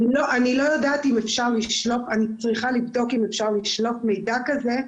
אני צריכה לבדוק אם אפשר לשלוף מידע כזה.